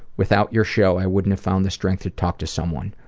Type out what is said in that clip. without your show, i wouldn't have found the strength to talk to someone.